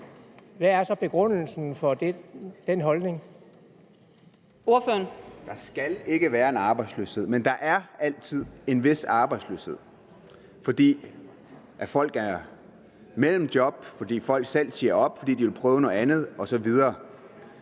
Joachim B. Olsen (LA): Der skal ikke være en arbejdsløshed, men der er altid en vis arbejdsløshed, fordi folk er mellem to job, fordi folk selv siger op, fordi de vil prøve noget andet osv.